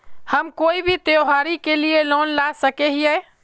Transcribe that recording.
हम कोई भी त्योहारी के लिए लोन ला सके हिये?